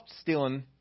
stealing